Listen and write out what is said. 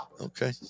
Okay